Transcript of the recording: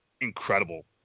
incredible